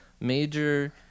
major